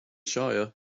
shire